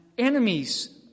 enemies